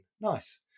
Nice